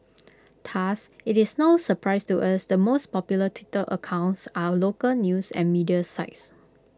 thus it's no surprise to us the most popular Twitter accounts are local news and media sites